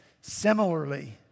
similarly